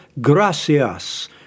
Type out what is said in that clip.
Gracias